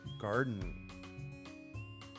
garden